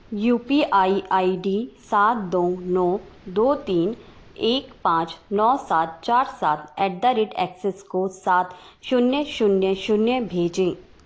you P I I D सात दो नौ दो तीन एक पाँच नौ सात चार सात एट द रेट एक्सिस को सात शून्य शून्य शून्य भेजें